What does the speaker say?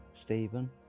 Stephen